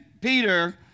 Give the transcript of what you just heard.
Peter